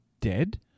dead